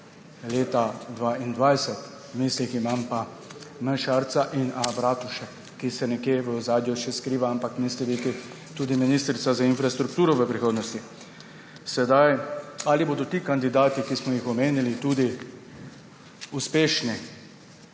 leta 2022. V mislih imam M. Šarca in A. Bratušek, ki se nekje v ozadju še skriva. Ampak niste vi tudi ministrica za infrastrukturo v prihodnosti? Ali bodo ti kandidati, ki smo jih omenili, tudi uspešni?